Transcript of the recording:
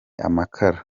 amakara